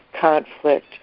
conflict